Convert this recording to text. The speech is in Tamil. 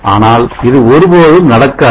ஆனால் இது ஒரு போதும் நடக்காது